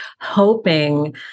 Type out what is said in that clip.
hoping